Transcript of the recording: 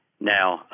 now